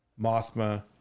Mothma